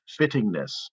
fittingness